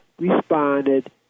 responded